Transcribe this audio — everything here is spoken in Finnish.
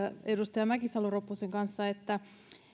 edustaja mäkisalo ropposen kanssa että